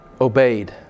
obeyed